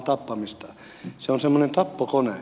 se on semmoinen tappokone